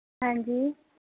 ਹਾਂਜੀ